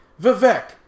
Vivek